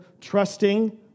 trusting